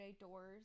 doors